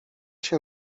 się